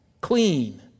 clean